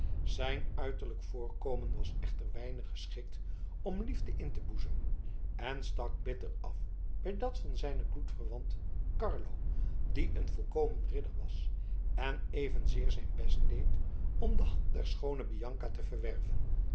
zijn uiterlijk voorkomen was echter weinig geschikt om liefde in te boezemen en stak bitter af bij dat van zijnen bloedverwant carlo die een volkomen ridder was én evenzeer zijn best deed om de hand der schoone bianca te verwerven